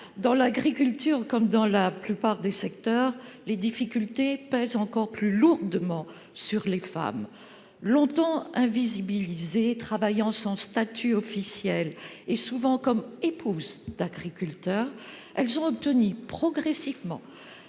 domaine agricole, comme dans la plupart des secteurs, les difficultés pèsent encore plus lourdement sur les femmes. Longtemps rendues invisibles, travaillant sans statut officiel et souvent comme « épouses d'agriculteurs », elles ont obtenu progressivement,